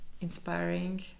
inspiring